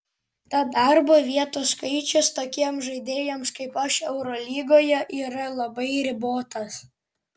tad darbo vietų skaičius tokiems žaidėjams kaip aš eurolygoje yra labai ribotas